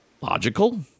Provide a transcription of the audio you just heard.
logical